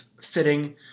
fitting